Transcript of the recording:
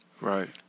Right